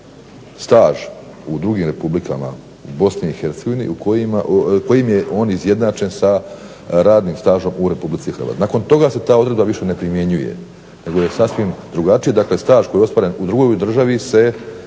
staž u drugim Republikama u BIH kojim je on izjednačen sa radnim stažom u Republici Hrvatskoj. Nakon toga se ta odredba više ne primjenjuje nego je sasvim drugačije dakle staž koji je ostvaren u drugoj državi se